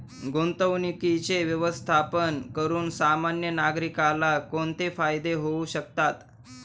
गुंतवणुकीचे व्यवस्थापन करून सामान्य नागरिकाला कोणते फायदे होऊ शकतात?